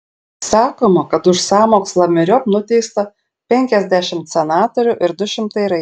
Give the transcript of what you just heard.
sakoma kad už sąmokslą myriop nuteista penkiasdešimt senatorių ir du šimtai raitelių